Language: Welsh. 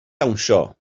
dawnsio